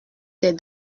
des